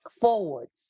Forwards